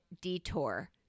detour